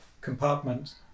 compartment